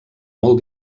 molt